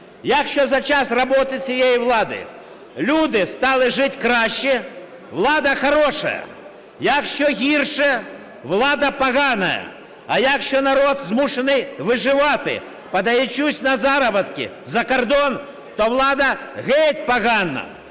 якщо за час роботи цієї влади люди стали жити краще – влада хороша, якщо гірше – влада погана. А якщо народ змушений виживати, подаючись на заробітки за кордон, то влада геть погана.